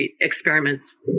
experiments